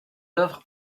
œuvres